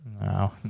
No